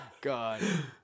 God